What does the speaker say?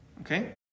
Okay